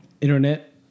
Internet